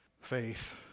faith